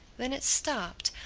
then it stopped.